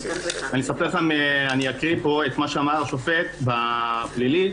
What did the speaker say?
אני אקרא פה את מה שאמר השופט במשפט הפלילי,